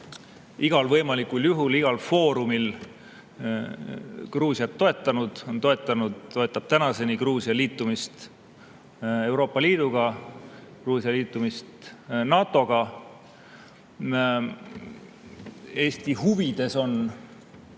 igal võimalikul juhul, igal foorumil Gruusiat toetanud, on toetanud ja toetab tänaseni Gruusia liitumist Euroopa Liiduga, Gruusia liitumist NATO‑ga. Eesti huvides on